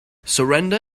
surrender